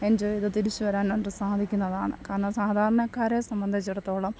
enjoy ചെയ്ത് തിരിച്ചുവരാനായിട്ട് സാധിക്കുന്നതാണ് കാരണം സാധാരണക്കാരെ സംബന്ധിച്ചിടത്തോളം